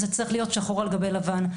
זה צריך להיות שחור על גבי לבן.